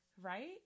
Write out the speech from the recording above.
Right